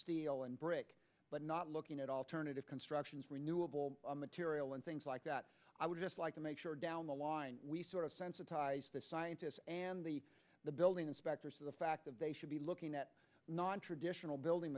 steel and brick but not looking at alternative constructions renewable material and things like that i would just like to make sure down the line we sort of sensitized the scientists and the the building inspectors to the fact that they should be looking at nontraditional building